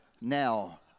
now